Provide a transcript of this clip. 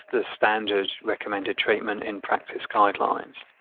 the standard recommended treatment in practice guidelines.